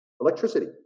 electricity